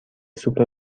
سوپ